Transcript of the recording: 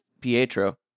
Pietro